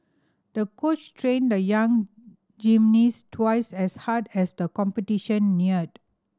the coach trained the young gymnast twice as hard as the competition neared